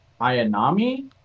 Ayanami